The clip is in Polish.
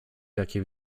jakie